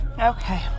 Okay